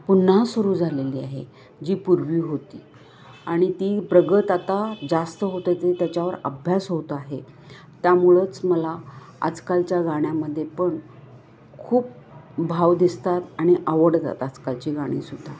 पुन्हा सुरू झालेली आहे जी पूर्वी होती आणि ती प्रगत आता जास्त होत ते त्याच्यावर अभ्यास होत आहे त्यामुळच मला आजकालच्या गाण्यामध्ये पण खूप भाव दिसतात आणि आवडतात आजकालची गाणीसुद्धा